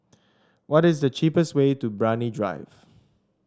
what is the cheapest way to Brani Drive